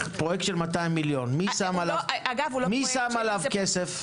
פרויקט של 200 מיליון מי שם עליו כסף?